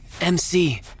MC